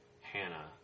hannah